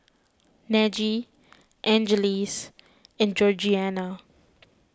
Najee Angeles and Georgianna